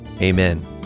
Amen